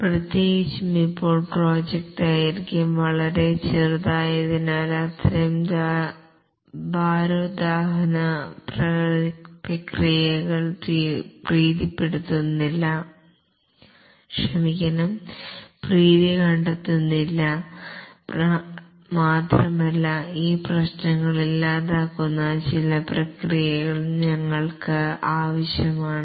പ്രത്യേകിച്ചും ഇപ്പോൾ പ്രോജക്റ്റ് ദൈർഘ്യം വളരെ ചെറുതായതിനാൽ അത്തരം ഭാരോദ്വഹന പ്രക്രിയകൾ പ്രീതി കണ്ടെത്തുന്നില്ല മാത്രമല്ല ഈ പ്രശ്നങ്ങൾ ഇല്ലാതാക്കുന്ന ചില പ്രക്രിയകൾ ഞങ്ങൾക്ക് ആവശ്യമാണ്